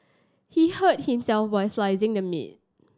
he hurt himself while slicing the meat